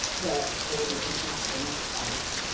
that there was an increase in the science